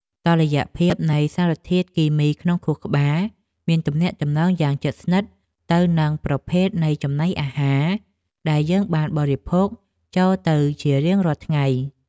តុល្យភាពនៃសារធាតុគីមីក្នុងខួរក្បាលមានទំនាក់ទំនងយ៉ាងជិតស្និទ្ធទៅនឹងប្រភេទនៃចំណីអាហារដែលយើងបានបរិភោគចូលទៅជារៀងរាល់ថ្ងៃ។